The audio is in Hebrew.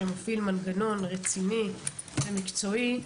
שמפעיל מנגנון רציני ומקצועי,